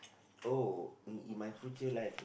oh in in my future life